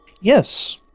Yes